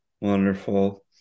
wonderful